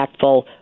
impactful